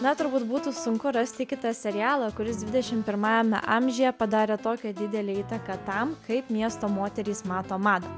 na turbūt būtų sunku rasti kitą serialą kuris dvidešim pirmajame amžiuje padarė tokią didelę įtaką tam kaip miesto moterys mato madą